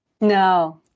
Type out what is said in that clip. No